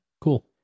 Cool